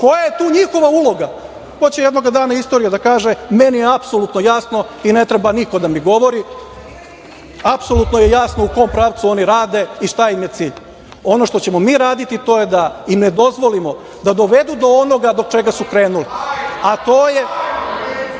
je tu njihova uloga, to će jednoga dana istorija da kaže. Meni je apsolutno jasno i ne treba niko da mi govori. Apsolutno je jasno u kom pravcu oni rade i šta im je cilj. Ono što ćemo mi raditi to je da im ne dozvolimo da dovedu do onoga do čega su krenuli, a to je